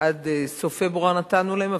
עד סוף פברואר נתנו להם,